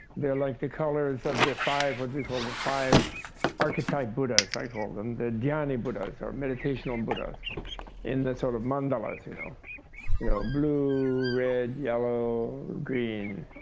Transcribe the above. they're like the colors of the five what we call the five archetype buddhas, i call them the dhanyi buddhas, or meditational and buddhas in the sort of mandalas, you know you know blue red, yellow, green,